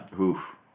Oof